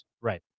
Right